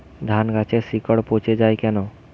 ধানগাছের শিকড় পচে য়ায় কেন?